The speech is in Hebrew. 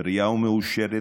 בריאה ומאושרת,